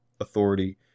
authority